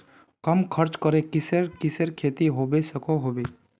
कम खर्च करे किसेर किसेर खेती होबे सकोहो होबे?